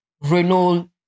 Renault